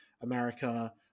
America